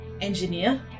engineer